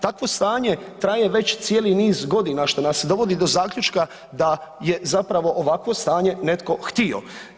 Takvo stanje traje već cijeli niz godina što nas dovodi do zaključka da je zapravo ovakvo stanje netko htio.